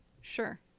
Sure